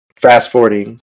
Fast-forwarding